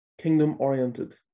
kingdom-oriented